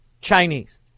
Chinese